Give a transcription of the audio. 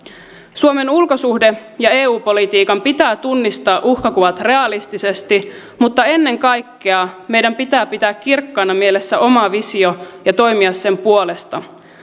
suomen ulkosuhde ja eu politiikan pitää tunnistaa uhkakuvat realistisesti mutta ennen kaikkea meidän pitää pitää kirkkaana mielessä oma visio ja toimia sen puolesta